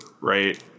right